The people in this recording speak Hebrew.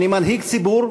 אני מנהיג ציבור,